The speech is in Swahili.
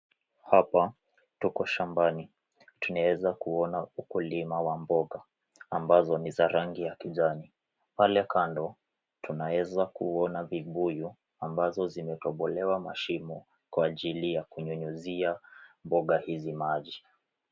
Hapa tuko shambani, tunaweza kuona ukulima wa mboga ambazo ni za rangi ya kijani. Pale kando tunaweza kuona vibuyu ambazo zimetobelewa mashimo kwa ajili ya kunyunyizia mboga hizi maji.